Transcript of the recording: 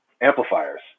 amplifiers